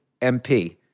MP